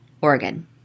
Oregon